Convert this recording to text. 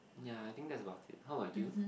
ya I think that's about it how about you